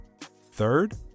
Third